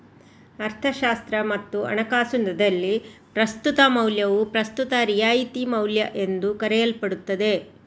ಅರ್ಥಶಾಸ್ತ್ರ ಮತ್ತು ಹಣಕಾಸುದಲ್ಲಿ, ಪ್ರಸ್ತುತ ಮೌಲ್ಯವು ಪ್ರಸ್ತುತ ರಿಯಾಯಿತಿ ಮೌಲ್ಯಎಂದೂ ಕರೆಯಲ್ಪಡುತ್ತದೆ